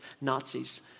Nazis